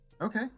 Okay